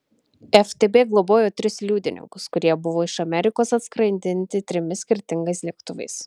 ftb globojo tris liudininkus kurie buvo iš amerikos atskraidinti trimis skirtingais lėktuvais